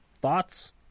Thoughts